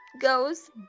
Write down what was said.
goes